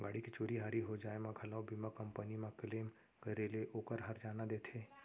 गाड़ी के चोरी हारी हो जाय म घलौ बीमा कंपनी म क्लेम करे ले ओकर हरजाना देथे